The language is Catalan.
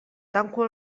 tanco